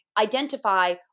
identify